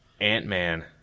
Ant-Man